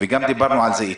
גם דיברנו על זה אתמול.